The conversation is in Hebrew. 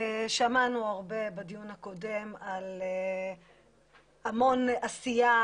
שמענו הרבה בדיון הקודם על המון עשייה